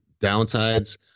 downsides